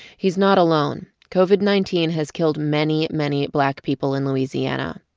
he's not alone. covid nineteen has killed many, many black people in louisiana.